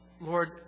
Lord